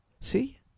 See